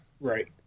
Right